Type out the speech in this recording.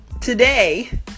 today